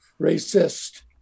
racist